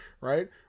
right